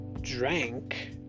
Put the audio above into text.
Drank